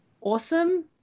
awesome